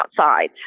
outside